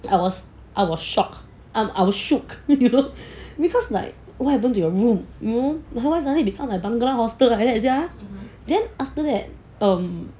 I was I was shocked and I was shook you know because like what happened to your room know why suddenly become a bangala hostel lah like sia then after that um